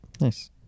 nice